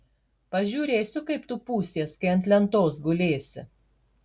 pažiūrėsiu kaip tu pūsies kai ant lentos gulėsi